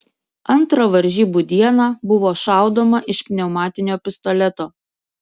antrą varžybų dieną buvo šaudoma iš pneumatinio pistoleto